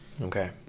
Okay